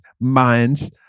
minds